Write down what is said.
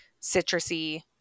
citrusy